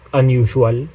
unusual